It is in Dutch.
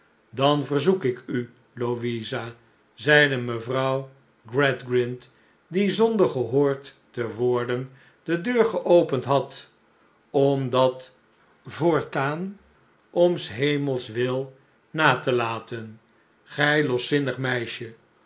dan verzoek ik u louisa zeide mevrouw gradgrind die zonder gehoord te worden de deur geopend had om dat voortaan om s hemels wil na te laten gij loszinnig meisje